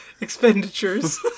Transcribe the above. expenditures